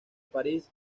parís